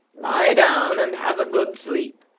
lie down and have a good sleep,